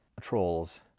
Trolls